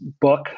book